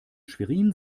schwerin